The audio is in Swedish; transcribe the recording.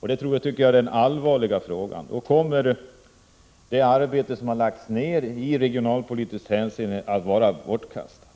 Det är den allvarliga frågan. Arbetet som har lagts ner i regionalpolitiskt hänseende kommer att vara bortkastat.